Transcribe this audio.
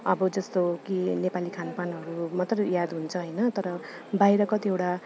अब जस्तो कि नेपाली खानपानहरू मात्रै याद हुन्छ होइन तर बाहिर कतिवटा